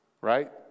right